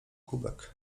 kubek